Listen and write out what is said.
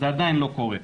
זה עדיין לא קורה.